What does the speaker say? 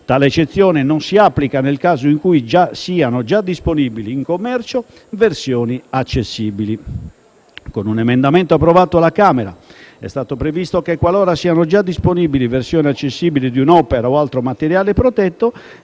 Tale eccezione non si applica nel caso in cui siano già disponibili in commercio versioni accessibili. Con un emendamento approvato alla Camera è stato previsto che, qualora siano già disponibili versioni accessibili di un'opera o altro materiale protetto,